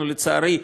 לצערי,